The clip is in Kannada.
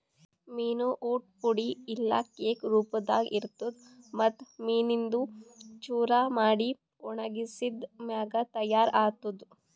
ಮೀನು ಊಟ್ ಪುಡಿ ಇಲ್ಲಾ ಕೇಕ್ ರೂಪದಾಗ್ ಇರ್ತುದ್ ಮತ್ತ್ ಮೀನಿಂದು ಚೂರ ಮಾಡಿ ಒಣಗಿಸಿದ್ ಮ್ಯಾಗ ತೈಯಾರ್ ಆತ್ತುದ್